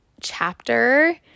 chapter